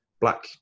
black